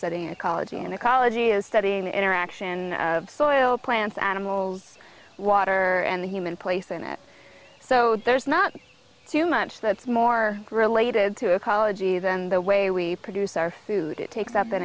studying ecology and ecology is studying the interaction of soil plants animals water and the human place in it so there's not too much that's more related to ecology than the way we produce our food it takes up an